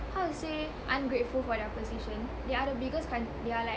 how to say ungrateful for their position they are the biggest coun~ they are like